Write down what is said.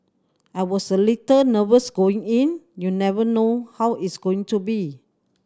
I was a little nervous going in you never know how it's going to be